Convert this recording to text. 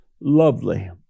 lovely